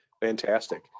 fantastic